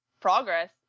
progress